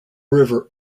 river